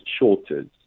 shorters